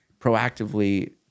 proactively